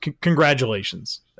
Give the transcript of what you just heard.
congratulations